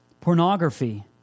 Pornography